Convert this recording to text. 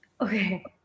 okay